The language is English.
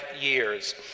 years